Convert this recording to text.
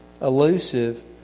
elusive